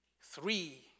three